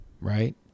right